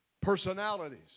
Personalities